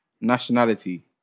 Nationality